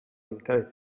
militari